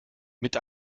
mit